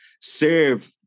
serve